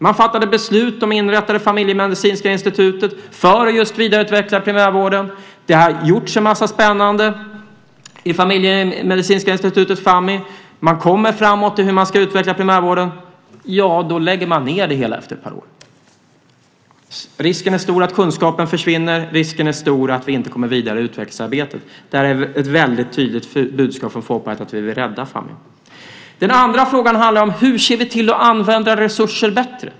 Man fattade beslut om att inrätta det familjemedicinska institutet för att just vidareutveckla primärvården. Det har gjorts en massa spännande i Familjemedicinska Institutet, Fammi. Man kommer framåt i hur man ska utveckla primärvården. Men efter ett par år lägger man ned det hela. Risken är stor att kunskapen försvinner, och risken är stor att vi inte kommer vidare i utvecklingsarbetet. Det är ett väldigt tydligt budskap från Folkpartiet att vi vill rädda Fammi. Den andra frågan är: Hur ser vi till att använda resurser bättre?